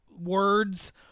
words